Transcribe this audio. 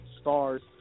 stars